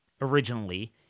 originally